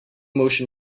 motion